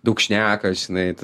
daug šnekat žinai